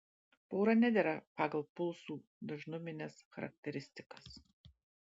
pora nedera pagal pulsų dažnumines charakteristikas